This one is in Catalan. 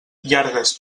llargues